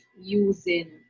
using